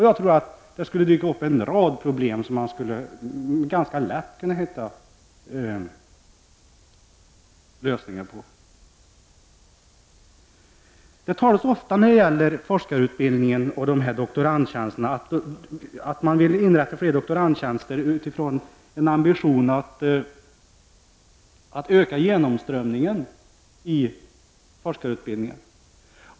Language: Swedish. Jag tror att det skulle dyka upp en rad problem som man ganska lätt skulle kunna finna lösningar på. När det gäller forskarutbildningen och doktorandtjänsterna sägs det ofta att man vill inrätta flera doktorandtjänster och detta med ambitionen att öka genomströmningen i forskarutbildningen.